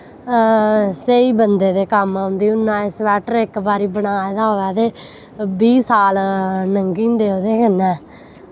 स्हेई बंदे दे कम्म औंदी उन्ना दा सवैट्टर इक बारी बनाए दा होऐ ते बीह् साल लंगी जंदे ओह्दै कन्नै